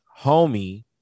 homie